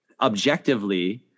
objectively